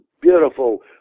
beautiful